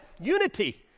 unity